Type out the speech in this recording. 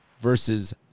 versus